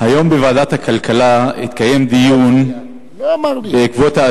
היום התקיים דיון בוועדת הכלכלה,